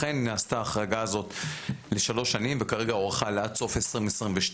לכן נעשתה ההחרגה הזאת לשלוש שנים וכרגע הוארכה לעד סוף 2022,